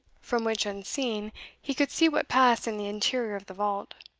from which, unseen, he could see what passed in the interior of the vault.